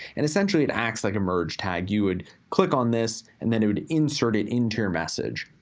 and essentially it acts like a merge tag, you would click on this, and then it would insert it into your message.